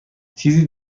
چیزی